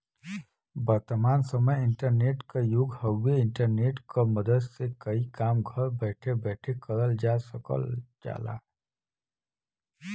वर्तमान समय इंटरनेट क युग हउवे इंटरनेट क मदद से कई काम घर बैठे बैठे करल जा सकल जाला